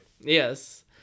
Yes